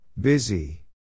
Busy